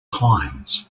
climbs